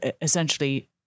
essentially